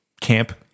camp